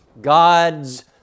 god's